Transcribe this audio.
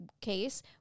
case